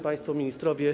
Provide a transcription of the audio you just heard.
Państwo Ministrowie!